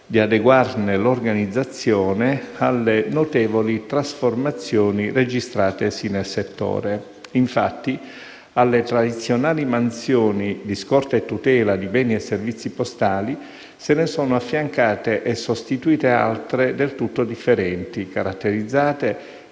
di adeguarne l'organizzazione alle notevoli trasformazioni registratesi nel settore. Infatti, alle tradizionali mansioni di scorta e tutela di beni e servizi postali se ne sono affiancate e sostituite altre del tutto differenti, caratterizzate